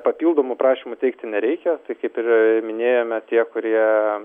papildomų prašymų teikti nereikia tai kaip ir minėjome tie kurie